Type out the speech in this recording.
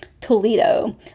Toledo